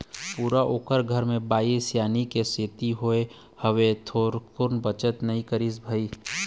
पूरा ओखर घर म बाई सियानी के सेती होय हवय, थोरको बचत नई करिस भई